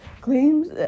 claims